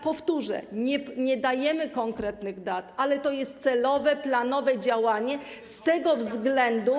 Powtórzę: nie podajemy konkretnych dat, ale to jest celowe, planowe działanie z tego względu.